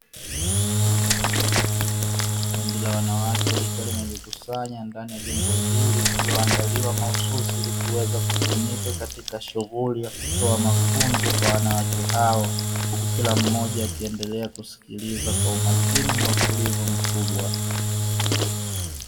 Kundi la wanawake likiwa limejikusanya ndani ya jengo hili lililoandaliwa mahususi ili kuweza kutumika katika shughuli ya kutoa mafunzo kwa wanawake hao, huku kila mmoja akiendelea kusikiliza kwa umakini na utulivu mkubwa.